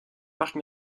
parc